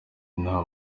inama